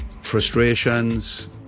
frustrations